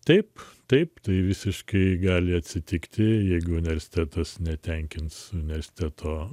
taip taip tai visiškai gali atsitikti jeigu universitetas netenkins universiteto